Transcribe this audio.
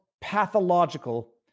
pathological